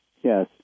Yes